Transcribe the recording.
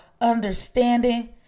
understanding